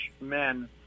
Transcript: men